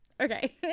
Okay